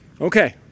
Okay